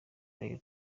royal